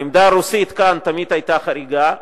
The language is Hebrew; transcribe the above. העמדה הרוסית כאן תמיד היתה חריגה,